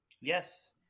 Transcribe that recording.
Yes